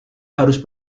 harus